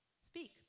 Speak